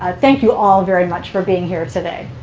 ah thank you all very much for being here today.